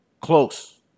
Close